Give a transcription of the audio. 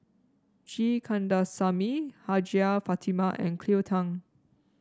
G Kandasamy Hajjah Fatimah and Cleo Thang